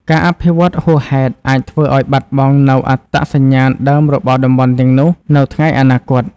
ការអភិវឌ្ឍហួសហេតុអាចធ្វើឱ្យបាត់បង់នូវអត្តសញ្ញាណដើមរបស់តំបន់ទាំងនោះនៅថ្ងៃអនាគត។